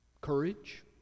courage